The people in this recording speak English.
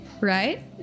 right